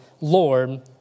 Lord